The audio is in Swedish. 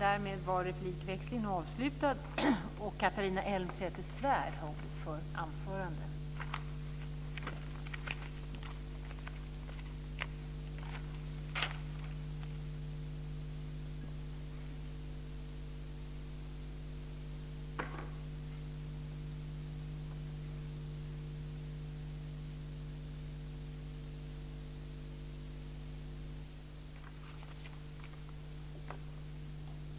Fru talman!